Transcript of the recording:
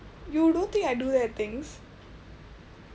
you're don't think I do that things